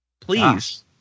Please